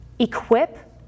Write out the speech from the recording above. equip